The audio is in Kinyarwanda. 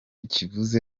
kivuze